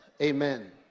Amen